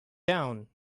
down